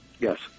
Yes